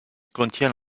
contient